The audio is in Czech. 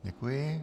Děkuji.